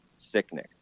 Sicknick